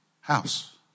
house